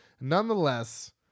nonetheless